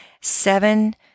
seven